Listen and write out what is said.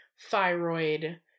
thyroid